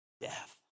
death